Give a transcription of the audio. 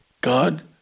God